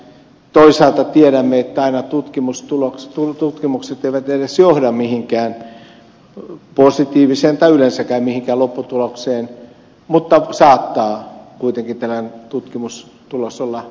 toisaalta tiedämme että aina tutkimukset eivät edes johda mihinkään positiiviseen tai yleensäkään mihinkään lopputulokseen mutta saattaa kuitenkin tämä tutkimustulos olla mahdollinen